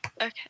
Okay